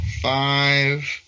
Five